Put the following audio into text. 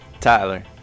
Tyler